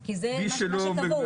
כי זה מה שקבעו.